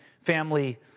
family